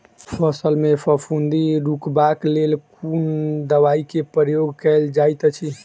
फसल मे फफूंदी रुकबाक लेल कुन दवाई केँ प्रयोग कैल जाइत अछि?